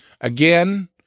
Again